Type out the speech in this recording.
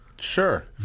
Sure